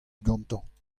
gantañ